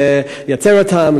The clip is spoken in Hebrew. לייצר אותם,